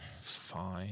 fine